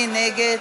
מי נגד?